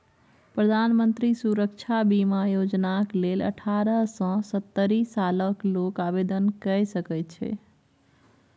प्रधानमंत्री सुरक्षा बीमा योजनाक लेल अठारह सँ सत्तरि सालक लोक आवेदन कए सकैत छै